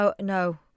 no